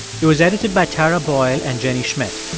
it was edited by tara boyle and jenny schmidt.